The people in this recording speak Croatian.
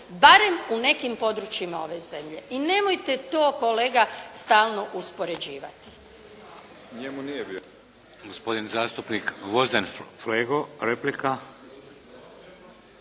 barem u nekim područjima ove zemlje i nemojte to kolega stalno uspoređivati.